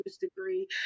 degree